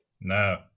No